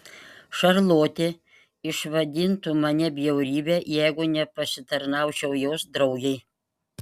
šarlotė išvadintų mane bjaurybe jeigu nepasitarnaučiau jos draugei